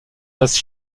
vases